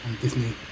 Disney